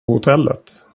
hotellet